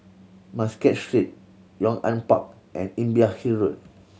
Muscat Street Yong An Park and Imbiah Hill Road